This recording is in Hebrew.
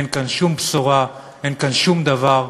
אין כאן שום בשורה, אין כאן שום דבר.